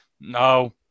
No